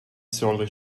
surly